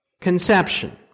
conception